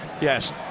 Yes